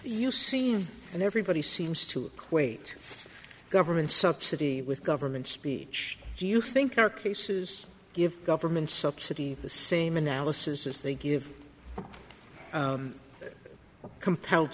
you seen and everybody seems to wait government subsidy with government speech do you think our cases give government subsidy the same analysis as they give compelled